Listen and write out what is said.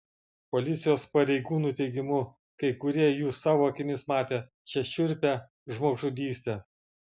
policijos pareigūnų teigimu kai kurie jų savo akimis matė šią šiurpią žmogžudystę